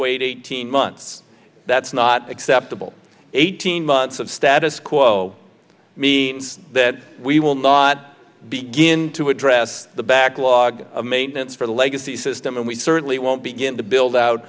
wait eighteen months that's not acceptable eighteen months of status quo means that we will not begin to address the backlog of maintenance for the legacy system and we certainly won't begin to build out